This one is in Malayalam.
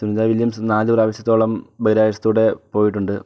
സുനിത വില്യംസ് നാല് പ്രാവശ്യത്തോളം ബഹിരാകാശത്തൂടെ പോയിട്ട് ഉണ്ട്